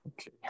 Okay